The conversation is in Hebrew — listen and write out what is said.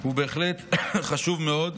הוא בהחלט חשוב מאוד.